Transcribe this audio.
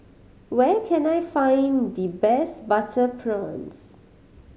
where can I find the best butter prawns